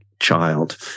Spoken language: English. child